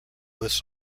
lists